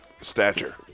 stature